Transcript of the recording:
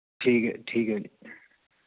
ਠੀਕ ਹੈ ਠੀਕ ਹੈ